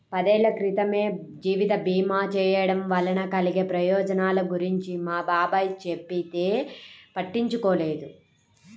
పదేళ్ళ క్రితమే జీవిత భీమా చేయడం వలన కలిగే ప్రయోజనాల గురించి మా బాబాయ్ చెబితే పట్టించుకోలేదు